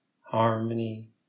harmony